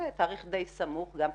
בנובמבר,